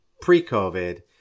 pre-COVID